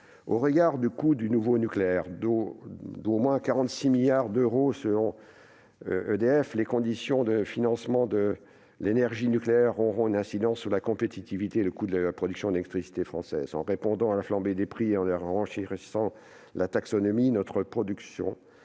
nouveaux réacteurs, qui s'élèverait à au moins 46 milliards d'euros selon EDF, les conditions de financement de l'énergie nucléaire auront un impact sur la compétitivité et le coût de la production d'électricité française. En répondant à la flambée des prix et en enrichissant la taxonomie, notre production